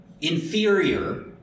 inferior